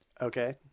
Okay